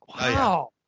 wow